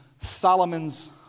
Solomon's